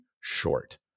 short